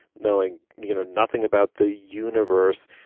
knowing you know nothing about the universe.